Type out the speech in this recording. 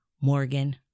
Morgan